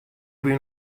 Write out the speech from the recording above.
bin